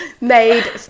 made